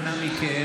בבקשה.